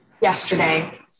yesterday